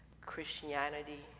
Christianity